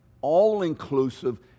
all-inclusive